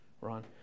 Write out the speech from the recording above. Ron